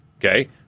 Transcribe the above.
Okay